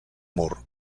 mur